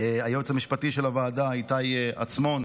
היועץ המשפטי של הוועדה איתי עצמון,